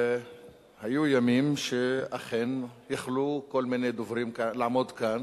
היו ימים שאכן כל מיני דוברים היו יכולים לעמוד כאן